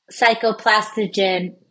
psychoplastogen